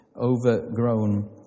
overgrown